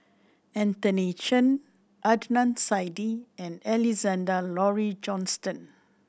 Anthony Chen Adnan Saidi and Alexander Laurie Johnston